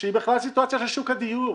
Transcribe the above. שהיא בכלל סיטואציה של שוק הדיור.